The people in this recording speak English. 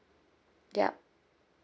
yup